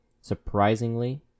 surprisingly